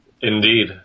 Indeed